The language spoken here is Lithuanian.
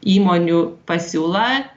įmonių pasiūla